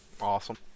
awesome